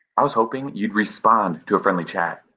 i was hoping you'd respond to a friendly chat.